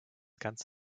ganz